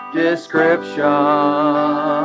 description